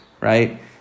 right